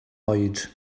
oed